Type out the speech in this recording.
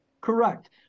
Correct